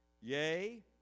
Yea